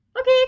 okay